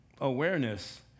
awareness